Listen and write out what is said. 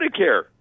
Medicare